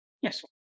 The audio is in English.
Yes